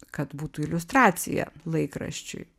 kad būtų iliustracija laikraščiui